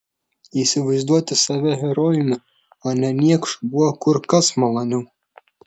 įsivaizduoti save herojumi o ne niekšu buvo kur kas maloniau